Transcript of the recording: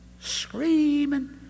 screaming